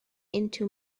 into